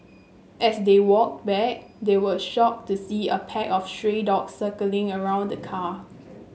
as they walked back they were shocked to see a pack of stray dogs circling around the car